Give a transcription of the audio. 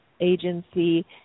agency